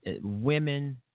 Women